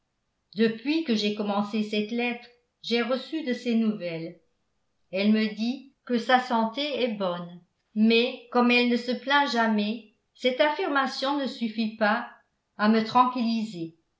depuis que j'ai commencé cette lettre j'ai reçu de ses nouvelles elle me dit que sa santé est bonne mais comme elle ne se plaint jamais cette affirmation ne suffit pas à me tranquilliser